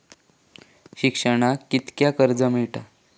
शिक्षणाक कीतक्या कर्ज मिलात?